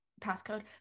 passcode